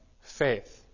faith